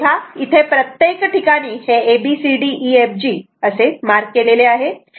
तेव्हा इथे प्रत्येक ठिकाणी हे a b c d e f g असे मार्क केलेले आहे